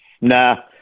Nah